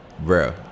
bro